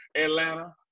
Atlanta